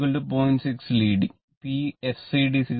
6 leading